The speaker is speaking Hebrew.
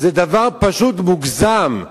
זה פשוט מוגזם.